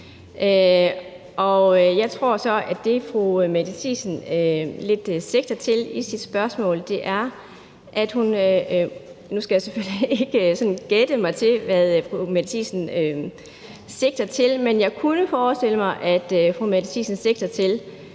Jeg tror så, at det, fru Mette Thiesen lidt sigter til med sit spørgsmål, er – og nu skal jeg selvfølgelig ikke sådan gætte mig til, hvad fru Mette Thiesen sigter til, men jeg kan forestille mig det – at ingen nogen sinde